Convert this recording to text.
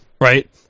Right